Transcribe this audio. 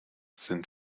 sind